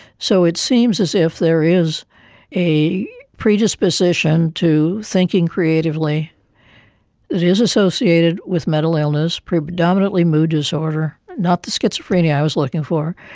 so it seems as if there is a predisposition to thinking creatively that is associated with mental illness, predominantly mood disorder, not the schizophrenia i was looking for,